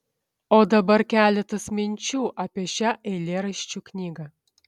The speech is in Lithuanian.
o dabar keletas minčių apie šią eilėraščių knygą